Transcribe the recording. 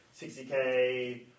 60K